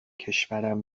کشورم